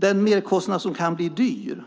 Den merkostnad som kan bli stor